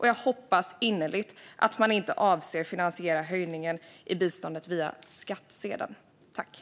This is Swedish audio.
Jag hoppas innerligt att man inte avser att höjningen av biståndet ska ske via skattsedeln.